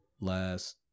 last